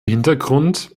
hintergrund